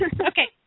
Okay